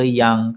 yang